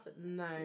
no